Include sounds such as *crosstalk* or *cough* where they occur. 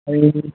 *unintelligible*